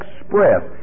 express